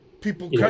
people